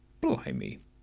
Blimey